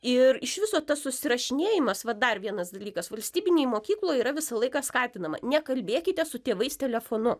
ir iš viso tas susirašinėjimas va dar vienas dalykas valstybinėj mokykloj yra visą laiką skatinama nekalbėkite su tėvais telefonu